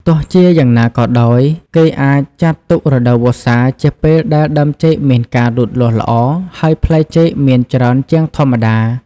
ទោះជាយ៉ាងណាក៏ដោយ គេអាចចាត់ទុក រដូវវស្សា ជាពេលដែលដើមចេកមានការលូតលាស់ល្អ ហើយផ្លែចេកមានច្រើនជាងធម្មតា។